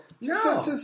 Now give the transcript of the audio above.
No